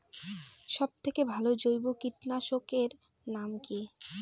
সব থেকে ভালো জৈব কীটনাশক এর নাম কি?